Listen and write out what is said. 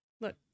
Look